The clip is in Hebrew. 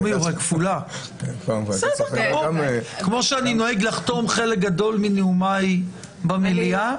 כמו שאני נוהג לחתום חלק גדול מנאומיי במליאה,